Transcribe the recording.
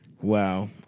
Wow